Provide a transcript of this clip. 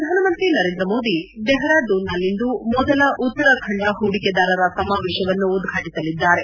ಪ್ರಧಾನಮಂತ್ರಿ ನರೇಂದ್ರ ಮೋದಿ ಡೆಹರಾಡೂನ್ನಲ್ಲಿಂದು ಮೊದಲ ಉತ್ತರಾಖಂಡ ಹೂಡಿಕೆದಾರರ ಸಮಾವೇಶವನ್ನು ಉದ್ಘಾಟಸಲಿದ್ದಾರೆ